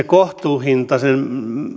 kohtuuhintaisen